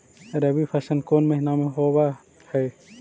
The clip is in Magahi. रबी फसल कोन महिना में होब हई?